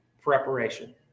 preparation